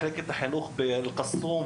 מחלקות החינוך באלקסום,